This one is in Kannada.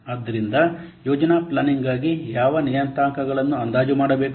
ಆದ್ದರಿಂದ ಯೋಜನಾ ಪ್ಲಾನಿಂಗ್ಗಾಗಿ ಯಾವ ನಿಯತಾಂಕಗಳನ್ನು ಅಂದಾಜು ಮಾಡಬೇಕು